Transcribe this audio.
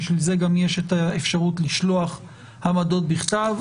בשביל זה גם יש אפשרות לשלוח עמדות בכתב,